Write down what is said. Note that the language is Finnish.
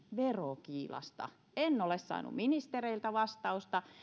verokiilasta en ole saanut ministereiltä vastausta